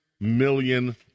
million